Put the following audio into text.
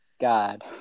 god